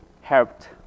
helped